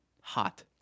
hot